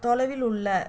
தொலைவில் உள்ள